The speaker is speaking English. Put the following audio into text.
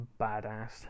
badass